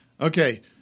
Okay